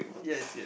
yes yes